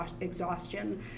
exhaustion